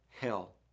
hell